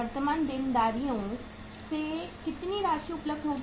वर्तमान देनदारियों से कितनी राशि उपलब्ध होगी